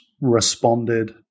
responded